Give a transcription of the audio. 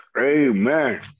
Amen